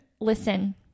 Listen